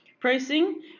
pricing